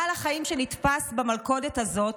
בעל החיים שנתפס במלכודת הזאת